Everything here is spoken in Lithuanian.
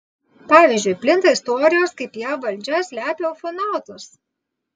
pavyzdžiui plinta istorijos kaip jav valdžia slepia ufonautus